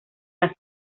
las